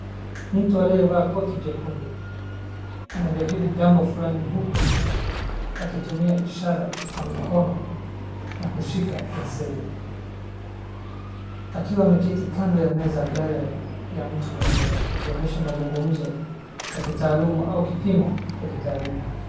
Mtu aliyevaa koti jekundu anajadili jambo fulani huku akitumia ishara kwa mikono na kushika penseli akiwa ameketi kando ya meza mbele ya mtu mwingine akionyesha mazungumzo ya kitaaluma au kipimo cha kitaaluma.